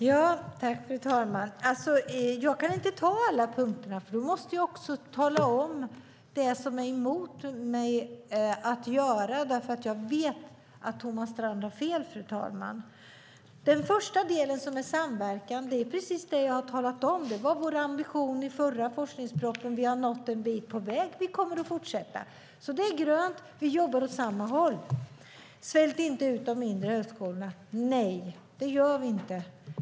Fru talman! Jag kan inte ta upp alla punkter, för då måste jag också prata om vad jag är emot att göra, eftersom jag vet att Thomas Strand har fel. Den första delen gäller samverkan. Det är precis vad jag har pratat om. Det var vår ambition i förra forskningspropositionen. Vi har nått en bit på väg, och vi kommer att fortsätta. Det är grönt - vi jobbar åt samma håll. Svält inte ut de mindre högskolorna! säger Thomas Strand. Nej, det gör vi inte.